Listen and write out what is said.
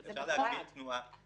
אפשר להגביל תנועה.